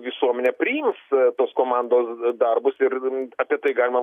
visuomenė priims tos komandos darbus ir apie tai galima